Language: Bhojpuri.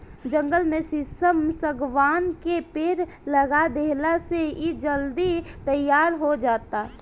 जंगल में शीशम, शागवान के पेड़ लगा देहला से इ जल्दी तईयार हो जाता